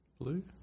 blue